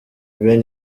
ben